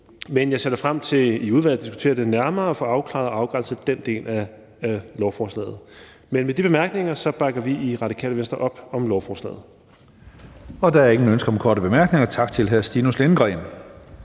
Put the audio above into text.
men jeg ser da frem til i udvalget at diskutere det nærmere og få afklaret og afgrænset den del af lovforslaget. Men med de bemærkninger bakker vi i Radikale Venstre op om lovforslaget. Kl. 14:19 Tredje næstformand (Karsten Hønge): Der er ingen ønsker om korte bemærkninger. Tak til hr. Stinus Lindgreen.